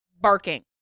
barking